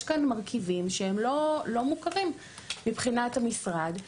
כאן מרכיבים שהם לא מוכרים מבחינת המשרד,